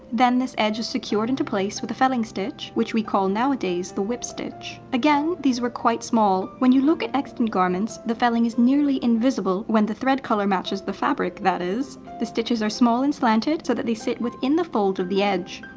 then this edge is secured into place with a felling stitch, which we call nowadays the whip stitch. again, these were quite small. when you look at extant garments, the felling is nearly invisible when the thread color matches the fabric, that is. the stitches are small and slanted, so that they sit within the fold of the edge.